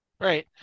Right